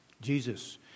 Jesus